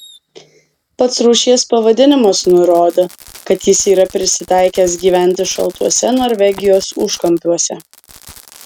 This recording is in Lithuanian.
pats rūšies pavadinimas nurodo kad jis yra prisitaikęs gyventi šaltuose norvegijos užkampiuose